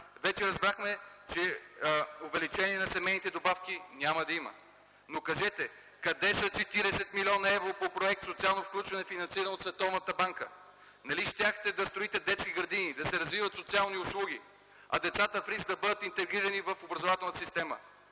Вече разбрахме, че увеличение на семейните добавки няма да има, но кажете къде са 40 млн. евро по проект „Социално включване”, финансиран от Световната банка? Нали щяхте да строите детски градини, да се развиват социални услуги, а децата в риск да бъдат интегрирани в образователната система?